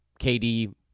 KD